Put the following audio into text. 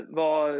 var